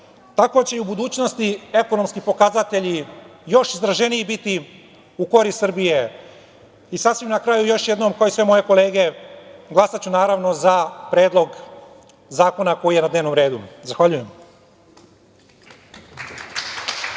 tako će i u budućnosti ekonomski pokazatelji još izraženiji biti u korist Srbije. Sasvim na kraju, još jednom, kao i sve moje kolege, glasaću naravno za predlog zakona koji je na dnevnom redu. Zahvaljujem.